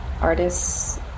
artists